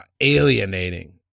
alienating